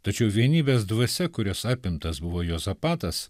tačiau vienybės dvasia kurios apimtas buvo juozapatas